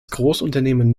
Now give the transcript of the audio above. großunternehmen